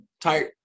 tight